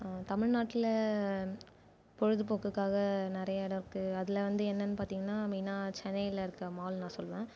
தமிழ்நாட்டில் பொழுதுபோக்குக்காக நிறைய இடம் இருக்குது அதில் வந்து என்னென்னு பார்த்தீங்கன்னா மெயின்னா சென்னையில் இருக்கற மால் நான் சொல்வேன்